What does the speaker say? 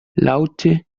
laute